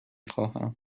خواهم